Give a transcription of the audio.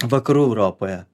vakarų europoje